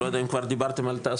אני לא יודע אם כבר דיברתם על תעסוקה,